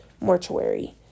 mortuary